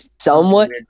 Somewhat